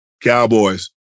Cowboys